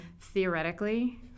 theoretically